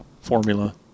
formula